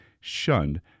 shunned